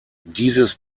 dieses